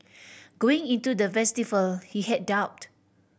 going into the festival he had doubt